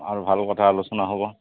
আৰু ভাল কথা আলোচনা হ'ব